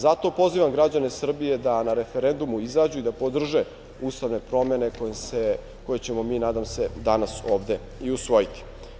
Zato, pozivam građane Srbije da na referendumu izađu i da podrže ustavne promene koje ćemo mi, nadam se, danas ovde i usvojiti.